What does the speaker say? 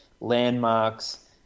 landmarks